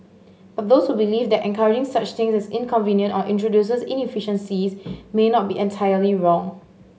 but those who believe that encouraging such things is inconvenient or introduces inefficiencies may not be entirely wrong